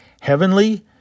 heavenly